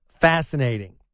fascinating